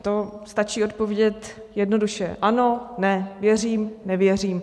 To stačí odpovědět jednoduše: Ano, ne, věřím, nevěřím.